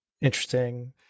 interesting